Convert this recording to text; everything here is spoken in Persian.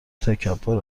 تکبر